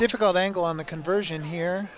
difficult angle on the conversion here